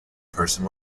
person